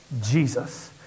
Jesus